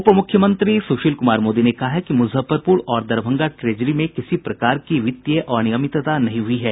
उपमुख्यमंत्री सुशील कुमार मोदी ने कहा है कि मुजफ्फरपुर और दरभंगा ट्रेजरी में किसी प्रकार की वित्तीय अनियमितता नहीं हुई है